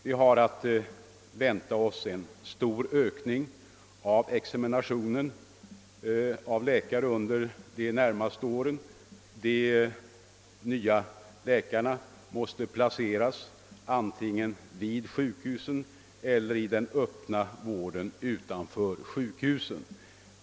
Vi har att vänta oss en stor ökning av examinationen av läkare under de närmaste åren. De nya läkarna måste placeras antingen vid sjukhusen eller i den öppna vården utanför sjukhusen.